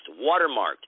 watermarked